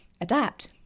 adapt